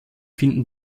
finden